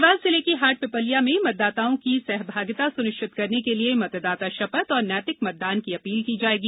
देवास जिले की हाटपीपल्या में मतदाताओं की सहभागिता सुनिश्चित करने के लिए मतदाता शपथ और नैतिक मतदान की अपील की जाएगी